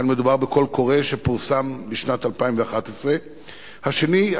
קול קורא פורסם לשנת 2011. כאן מדובר בקול קורא שפורסם בשנת 2011. השני,